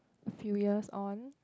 few years on